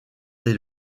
des